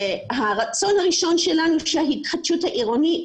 הרצון הראשון שלנו שההתחדשות העירונית